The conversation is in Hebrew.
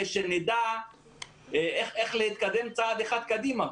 שנדע איך להתקדם צעד אחד קדימה.